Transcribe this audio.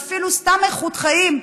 ואפילו סתם איכות חיים,